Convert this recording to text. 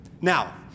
Now